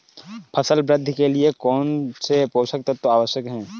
फसल वृद्धि के लिए कौनसे पोषक तत्व आवश्यक हैं?